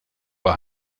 war